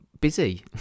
busy